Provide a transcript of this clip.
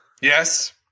yes